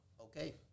Okay